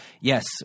Yes